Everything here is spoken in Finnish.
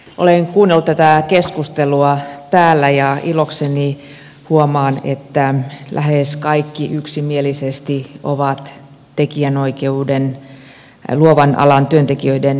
olen kuunnellut tätä keskustelua täällä ja ilokseni huomaan että lähes kaikki yksimielisesti ovat luovan alan työntekijöiden puolella